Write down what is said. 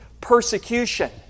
Persecution